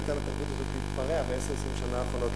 הפוליטי נתן לתרבות הזאת להתפרע ב-10 20 שנה האחרונות,